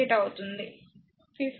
888 అవుతుంది 50 మరియు 3